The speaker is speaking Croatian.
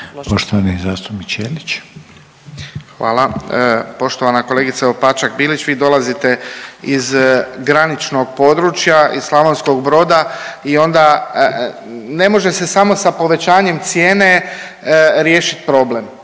Ivan (HDZ)** Hvala. Poštovana kolegice Opačak Bilić, vi dolazite iz graničnog područja, iz Slavonskog Broda i onda ne može se samo sa povećanjem cijene riješit problem